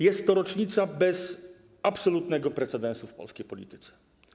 Jest to rocznica bez absolutnego precedensu w polskiej polityce.